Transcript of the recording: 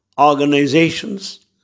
organizations